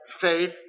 faith